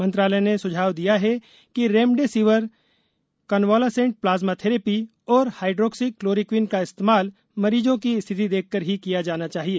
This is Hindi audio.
मंत्रालय ने सुझाव दिया है कि रेमडेसिवर कन्वालेसेंट प्लाज्मा थेरेपी और हाइड्रोक्सी क्लोरोक्वीन का इस्तेमाल मरीजों की स्थिति देखकर ही किया जाना चाहिए